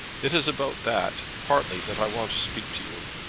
it is about that partly that i want to speak to you.